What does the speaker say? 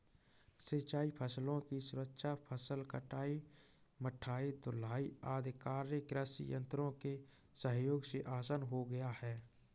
सिंचाई फसलों की सुरक्षा, फसल कटाई, मढ़ाई, ढुलाई आदि कार्य कृषि यन्त्रों के सहयोग से आसान हो गया है